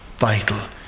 vital